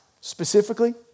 specifically